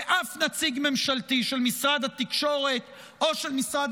ואף נציג ממשלתי של משרד התקשורת או של משרד